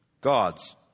God's